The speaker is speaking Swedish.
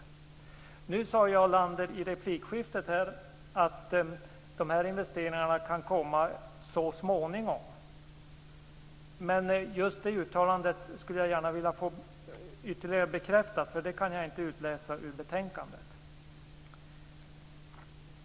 Jarl Lander sade i ett replikskifte att investeringarna kan komma så småningom. Jag skulle gärna vilja få det uttalandet ytterligare bekräftat, eftersom jag inte kan utläsa det ur betänkandet.